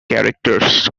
characters